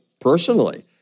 personally